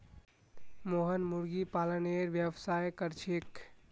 मोहन मुर्गी पालनेर व्यवसाय कर छेक